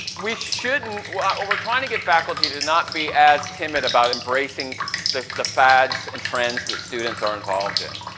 we shouldn't. while ah we're trying to get faculty to not be as timid about embracing the the fads and trends that students are involved in.